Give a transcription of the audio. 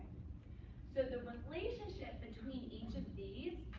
so the relationship between each of these